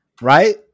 right